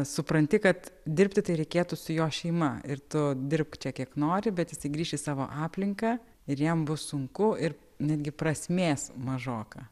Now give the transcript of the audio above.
supranti kad dirbti tai reikėtų su jo šeima ir tu dirbk čia kiek nori bet jisai grįš į savo aplinką ir jam bus sunku ir netgi prasmės mažoka